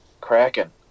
Kraken